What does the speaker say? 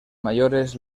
mayores